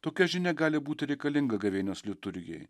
tokia žinia gali būti reikalinga gavėnios liturgijai